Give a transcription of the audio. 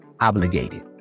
obligated